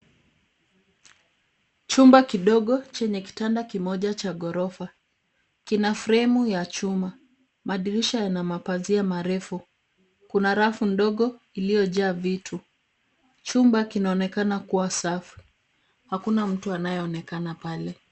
Chumba kidogo chenye kitanda kimoja cha ghorofa. Kina fremu ya chuma. Madirisha yana mapazia marefu. Kuna rafu ndogo iliyojaa vitu. Chumba kinaonekana kuwa safi. Hakuna mtu anayeonekana pale.